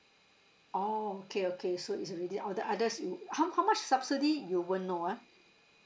oh okay okay so it's already all the others how how much subsidy you won't know ah